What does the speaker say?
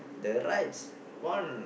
the rides one